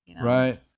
Right